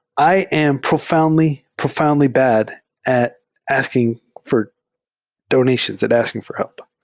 i am profoundly, profoundly bad at asking for donations, at asking for help,